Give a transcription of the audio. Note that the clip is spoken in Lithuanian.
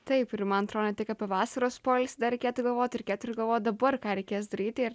taip ir man atrodo ne tik apie vasaros poilsį dar reikėtų galvot ir reikėtų ir galvot dabar ką reikės daryti ir